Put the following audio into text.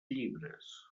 llibres